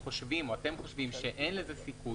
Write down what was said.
חושבים שאין לזה סיכוי,